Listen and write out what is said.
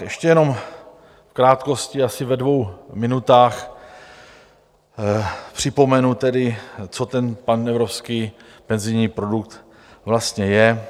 Ještě jenom v krátkosti, asi ve dvou minutách, připomenu, co ten panevropský penzijní produkt vlastně je.